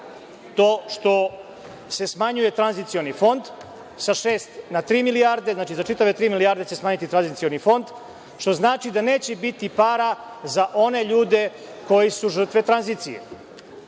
to što se smanjuje Tranzicioni fond sa šest na tri milijarde, znači za čitave tri milijarde će smanjiti Tranzicioni fond. Što znači da neće biti para za one ljude koji su žrtve tranzicije. Odlično